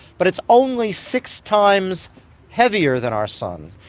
but it's only six times heavier than our sun,